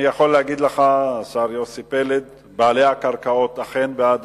אני יכול להגיד לך שבעלי הקרקעות כן בעד